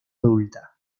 adulta